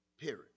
Period